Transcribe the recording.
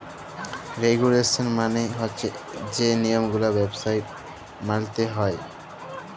regulation মালে হছে যে লিয়মগুলা ব্যবছায় মাইলতে হ্যয়